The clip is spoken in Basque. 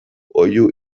oihu